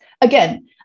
Again